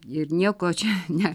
ir nieko čia ne